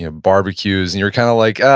ah barbecues and you're kind of like, ah,